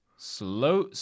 Slow